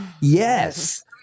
Yes